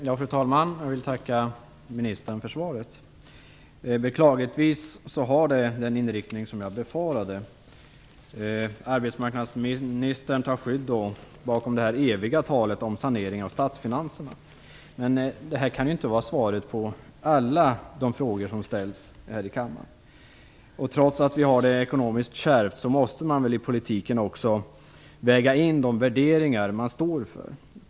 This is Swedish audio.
Fru talman! Jag vill tacka ministern för svaret. Beklagligtvis har det den inriktning jag befarade. Arbetsmarknadsministern tar skydd bakom det eviga talet om sanering av statsfinanserna. Men det kan inte vara svaret på alla de frågor som ställs här i kammaren! Trots att vi har det ekonomiskt kärvt måste man väl i politiken också väga in de värderingar man står för.